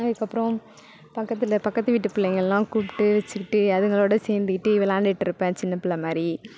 அதுக்கப்புறம் பக்கத்தில் பக்கத்து வீட்டு பிள்ளைங்களெலாம் கூப்பிட்டு வச்சுக்கிட்டு அதுங்களோட சேர்ந்துக்கிட்டு விளாண்டுட்ருப்பேன் சின்ன பிள்ளை மாதிரி